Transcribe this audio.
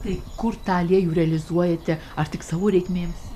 tai kur tą aliejų realizuojate ar tik savo reikmėms